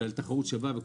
אני